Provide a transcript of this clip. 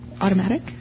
automatic